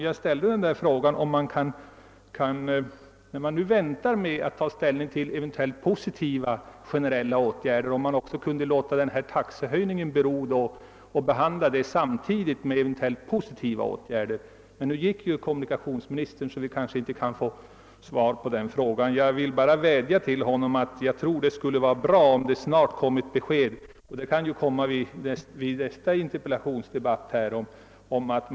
Jag ställde därför frågan om man inte, när man nu väntar med att ta ställning till eventuella positiva generella åtgärder, kunde låta frågan om taxehöjningen bero och behandla den samtidigt med eventuella positiva åtgärder. Nu har emellertid kommunikationsministern lämnat kammaren, så vi kan kanske inte få svar på den frågan. Jag tror emellertid att det vore bra om det snart kom ett besked om att man inte höjer dessa för Norrlands del så höga pålagor, och det kan ju komma i nästa interpellationsdebatt här i kammaren.